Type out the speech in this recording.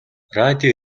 радио